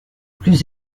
plus